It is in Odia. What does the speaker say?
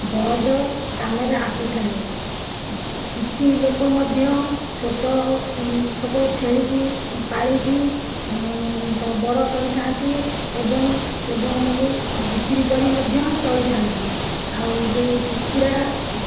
ବଳଦ କାମରେ ଆସୁଥାଏ କିଛି ଲୋକ ମଧ୍ୟ ଛୋଟ ଛୋଟ ଛେଳିକି ପାଳିକି ବଡ଼ କରିଥାନ୍ତି ଏବଂ ସେମାନଙ୍କୁ ବିକ୍ରି କରି ମଧ୍ୟ ଚଳିଥାନ୍ତି ଆଉ ଯେଉଁ କୁକୁଡ଼ା